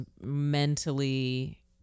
Mentally